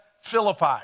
Philippi